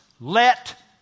let